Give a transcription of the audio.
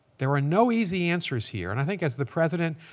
there are no easy answers here, and i think as the president,